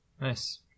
Nice